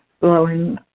blowing